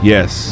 Yes